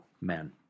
men